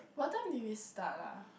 what time did we start ah